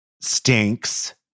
Stinks